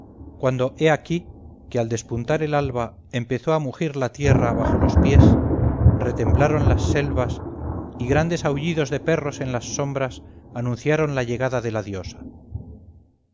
cuando he aquí que al despuntar el alba empezó a mugir la tierra bajo los pies retemblaron las selvas y grandes aullidos de perros en las sombras anunciaron la llegada de la diosa